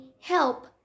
help